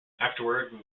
afterwards